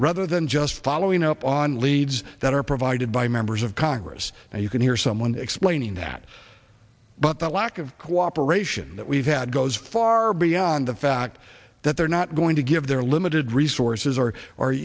rather than just following up on leads that are provided by members of congress and you can hear someone explaining that but the lack of cooperation that we've had goes far beyond the fact that they're not going to give their limited resources or